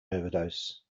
overdose